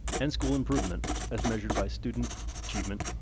and school improvement as measured by student achievement.